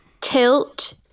Tilt